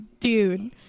Dude